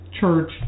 church